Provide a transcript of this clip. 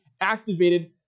activated